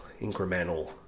incremental